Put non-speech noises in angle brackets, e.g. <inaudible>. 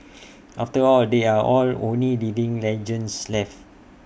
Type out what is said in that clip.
<noise> after all they are only living legends left